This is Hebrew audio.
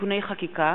(תיקוני חקיקה),